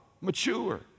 mature